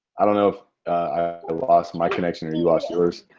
i don't know if i lost my connection or you lost yours.